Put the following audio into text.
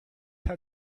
how